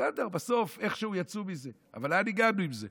בסדר, בסוף איכשהו יצאו מזה, אבל לאן הגענו עם זה?